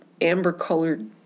amber-colored